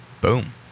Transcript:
boom